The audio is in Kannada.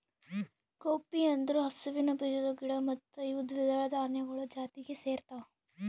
ಕೌಪೀ ಅಂದುರ್ ಹಸುವಿನ ಬೀಜದ ಗಿಡ ಮತ್ತ ಇವು ದ್ವಿದಳ ಧಾನ್ಯಗೊಳ್ ಜಾತಿಗ್ ಸೇರ್ತಾವ